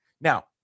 Now